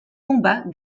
combat